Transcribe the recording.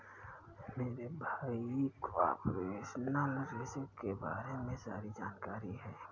मेरे भाई को ऑपरेशनल रिस्क के बारे में सारी जानकारी है